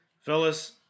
fellas